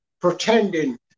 pretending